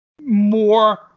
more